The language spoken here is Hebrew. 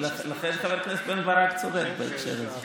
לכן חבר הכנסת בן ברק צודק בהקשר הזה.